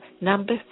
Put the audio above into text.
number